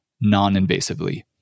non-invasively